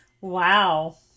Wow